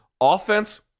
Offense